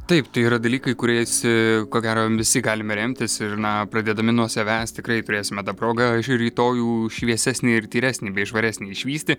taip tai yra dalykai kuriais e ko gero visi galime remtis ir na pradėdami nuo savęs tikrai turėsime dar progą rytojų šviesesnį ir tyresnį bei švaresnį išvysti